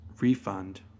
refund